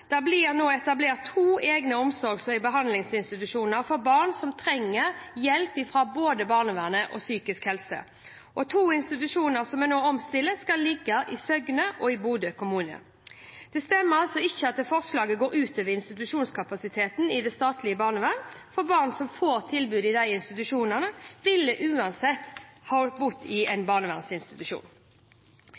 Det blir nå etablert to egne omsorgs- og behandlingsinstitusjoner for barn som trenger hjelp fra både barnevern og psykisk helsevern. To institusjoner som nå omstilles, skal ligge i Søgne kommune og i Bodø kommune. Det stemmer altså ikke at forslaget går ut over institusjonskapasiteten i det statlige barnevernet, for barn som får tilbud i disse institusjonene, ville uansett bodd i en barnevernsinstitusjon.